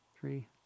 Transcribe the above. Three